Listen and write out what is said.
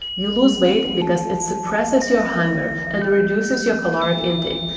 you lose weight because it supresses your hunger and reduces your caloric intake,